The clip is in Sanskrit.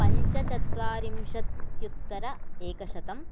पञ्चचत्वारिंशत्युत्तर एकशतम्